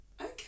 okay